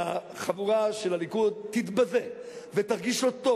שהחבורה של הליכוד תתבזה ותרגיש לא טוב